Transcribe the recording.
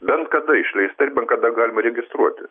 bent kada išleista ir bet kada galima registruoti